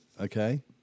Okay